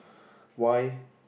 why